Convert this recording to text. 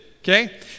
Okay